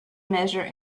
measure